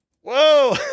whoa